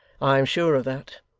i am sure of that.